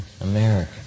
America